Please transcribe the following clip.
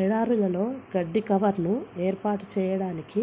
ఎడారులలో గడ్డి కవర్ను ఏర్పాటు చేయడానికి